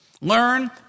learn